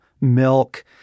milk